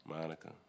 Monica